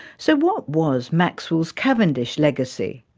so what was maxwell's cavendish legacy?